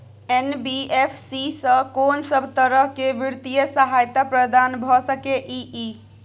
NBFC स कोन सब तरह के वित्तीय सहायता प्रदान भ सके इ? इ